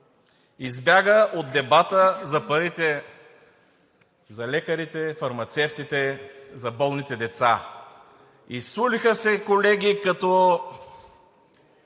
Избяга от дебата за парите за лекарите, фармацевтите, за болните деца. Изсулиха се, колеги, като